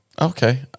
okay